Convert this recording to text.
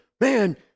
man